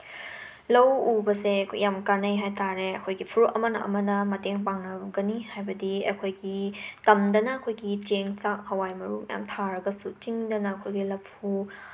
ꯂꯧ ꯎꯕꯁꯦ ꯌꯥꯝ ꯀꯥꯟꯅꯩ ꯍꯥꯏ ꯇꯥꯔꯦ ꯑꯩꯈꯣꯏꯒꯤ ꯐꯨꯔꯨꯞ ꯑꯃꯅ ꯑꯃꯅ ꯃꯇꯦꯡ ꯄꯥꯡꯅꯒꯅꯤ ꯍꯥꯏꯕꯗꯤ ꯑꯩꯈꯣꯏꯒꯤ ꯇꯝꯗꯅ ꯑꯩꯈꯣꯏꯒꯤ ꯆꯦꯡ ꯆꯥꯛ ꯍꯋꯥꯏ ꯃꯔꯨ ꯃꯌꯥꯝ ꯊꯥꯔꯒꯁꯨ ꯆꯤꯡꯗꯅ ꯑꯩꯈꯣꯏꯒꯤ ꯂꯐꯨ